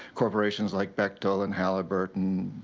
corporations like bechtel and halliburton,